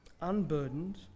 unburdened